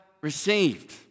received